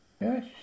yes